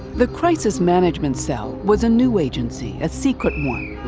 the crisis management cell was a new agency, a secret one,